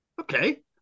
Okay